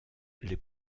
les